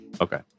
Okay